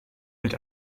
mit